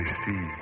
see